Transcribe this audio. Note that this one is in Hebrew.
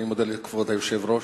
אני מודה לכבוד היושב-ראש.